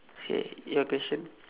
okay your question